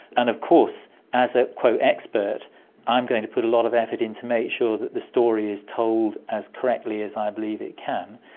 and of course as ah an expert i'm going to put a lot of effort in to make sure that the story is told as correctly as i believe it can.